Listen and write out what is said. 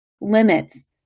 limits